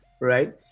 Right